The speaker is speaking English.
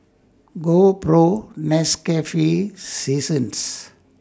GoPro Nescafe Seasons